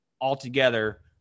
altogether